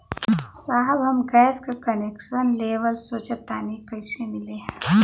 साहब हम गैस का कनेक्सन लेवल सोंचतानी कइसे मिली?